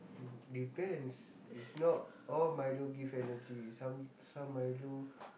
depends is not all Milo give energy some some milo